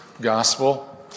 gospel